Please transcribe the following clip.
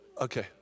Okay